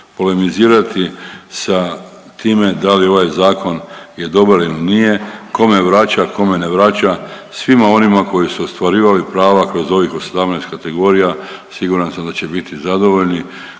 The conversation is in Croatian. polemizirati sa time da li ovaj zakon je dobar ili nije, kome vraća, kome ne vraća, svima onima koji su ostvarivali prava kroz ovih 18 kategorija siguran sam da će biti zadovoljni